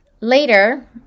Later